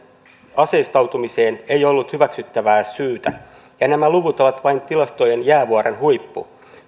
aseistautumiseen ei ollut hyväksyttävää syytä ja nämä luvut ovat vain tilastojen jäävuoren huippu